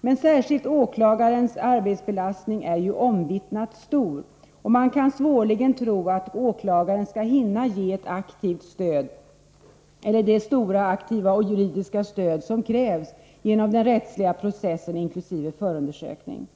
Men särskilt åklagarens arbetsbelastning är ju omvittnat stor, och man kan svårligen tro att åklagaren skall hinna att aktivt ge det stora juridiska stöd som krävs genom den rättsliga processen inkl. förundersökning.